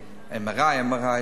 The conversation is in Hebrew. MRI, MRI: